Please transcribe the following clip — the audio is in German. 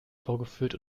vorgeführt